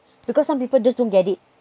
because some people just don't get it